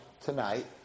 tonight